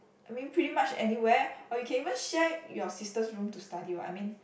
I mean pretty much anywhere or you can even share your sister's room to study what I mean